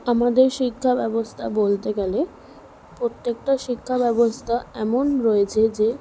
আমাদের শিক্ষাব্যবস্থা বলতে গেলে প্রত্যেকটা শিক্ষাব্যবস্থাএমন রয়েছে যে